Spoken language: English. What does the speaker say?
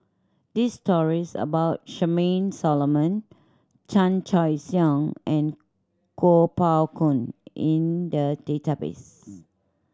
these stories about Charmaine Solomon Chan Choy Siong and Kuo Pao Kun in the database